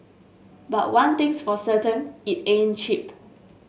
but one thing's for certain it ain't cheap